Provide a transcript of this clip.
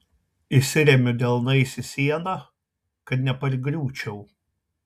įsiremiu delnais į sieną kad nepargriūčiau